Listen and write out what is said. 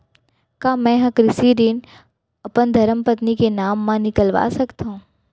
का मैं ह कृषि ऋण अपन धर्मपत्नी के नाम मा निकलवा सकथो?